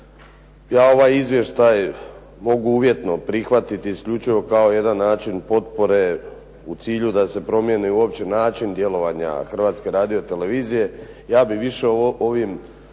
Ja ovaj izvještaj mogu uvjetno prihvatiti isključivo kao jedan način potpore u cilju da se promijeni uopće način djelovanja Hrvatske radiotelevizije. Ja bi više o ovim,